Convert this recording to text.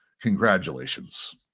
Congratulations